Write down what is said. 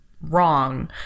wrong